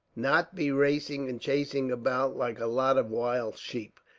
not be racing and chasing about like a lot of wild sheep.